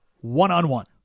one-on-one